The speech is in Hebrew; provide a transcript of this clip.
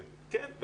כן.